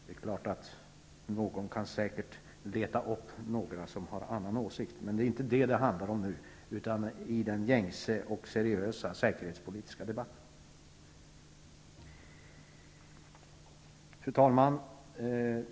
Det är klart att någon kan säkert leta upp några som har annan åsikt, men det är inte detta det handlar om nu, utan jag talar om den gängse och seriösa säkerhetspolitiska debatten. Fru talman!